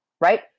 right